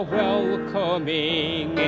welcoming